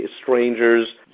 strangers